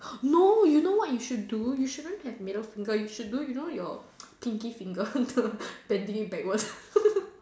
no you know what you should do you shouldn't have middle finger you should do you know your pinky finger the bend it backward